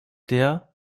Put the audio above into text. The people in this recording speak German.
der